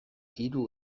hiru